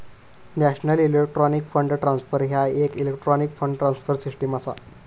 national electronic fund transfer ह्या येक electronic fund transfer system असा